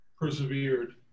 persevered